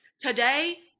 today